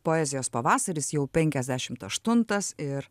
poezijos pavasaris jau penkiasdešimt aštuntas ir